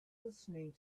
listening